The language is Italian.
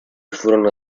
furono